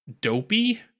dopey